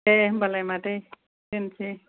दे होनब्लालाय मादै दोननोसै